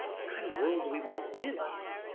what kind of world do we want to live in.